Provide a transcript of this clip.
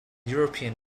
european